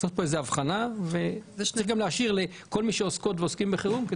צריך הבחנה וגם להשאיר לכל מי שעוסקות ועוסקים בחירום.